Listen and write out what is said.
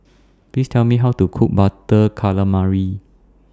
Please Tell Me How to Cook Butter Calamari